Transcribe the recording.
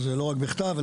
זה לא רק בכתב.